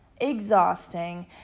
Exhausting